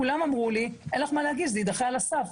כולם אמרו לי שאין לי מה להגיש כי זה יידחה על הסף,